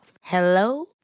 Hello